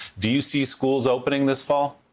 do you see schools opening this fall?